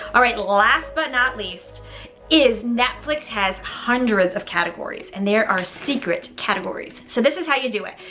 all right. last but not least is netflix has hundreds of categories, and there are secret categories. so this is how you do it,